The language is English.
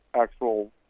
actual